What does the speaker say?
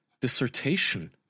dissertation